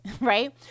right